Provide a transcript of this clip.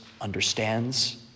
understands